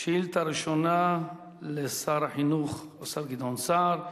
שאילתא ראשונה היא לשר החינוך, השר גדעון סער,